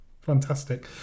fantastic